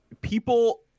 people –